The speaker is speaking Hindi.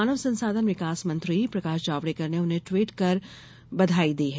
मानव संसाधन विकास मंत्री प्रकाश जावड़ेकर ने उन्हें ट्वीट कर बधाई दी है